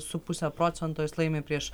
su puse procento jis laimi prieš